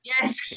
yes